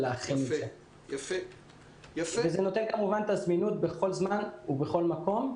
זה נותן זמינות בכל זמן ובכל מקום.